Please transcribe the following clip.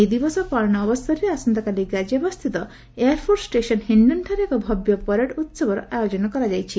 ଏହି ଦିବସ ପାଳନ ଅବସରରେ ଆସନ୍ତାକାଲି ଗାଜିଆବାଦସ୍ଥିତ ଏୟାରଫୋର୍ସ ଷେସନ୍ ହିଶ୍ଡନ୍ଠାରେ ଏକ ଭବ୍ୟ ପରେଡ୍ ଉତ୍ସବର ଆୟୋଜନ କରାଯାଇଛି